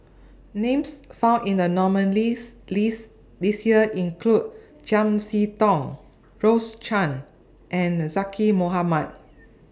Names found in The nominees' list This Year include Chiam See Tong Rose Chan and Zaqy Mohamad